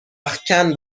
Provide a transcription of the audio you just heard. رختکن